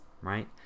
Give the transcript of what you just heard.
right